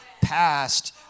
past